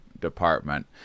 department